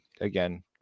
again